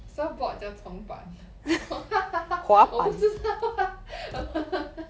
surfboard 叫冲板 我不是到它